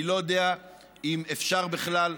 אני לא יודע אם אפשר בכלל,